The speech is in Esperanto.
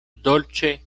dolĉe